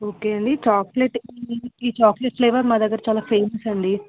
okay అండి chocolate ఈ chocolate flavour మా దగ్గర చాలా ఫేమస్ అండి